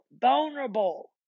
vulnerable